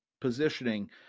positioning